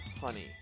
honey